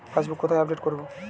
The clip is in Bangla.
পাসবুক কোথায় আপডেট করব?